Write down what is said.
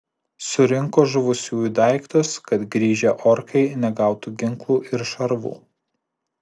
surinko žuvusiųjų daiktus kad grįžę orkai negautų ginklų ir šarvų